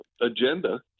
agenda